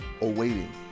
awaiting